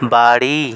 বাড়ি